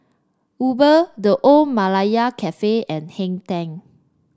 Uber The Old Malaya Cafe and Hang Ten